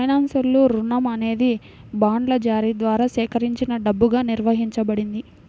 ఫైనాన్స్లో, రుణం అనేది బాండ్ల జారీ ద్వారా సేకరించిన డబ్బుగా నిర్వచించబడింది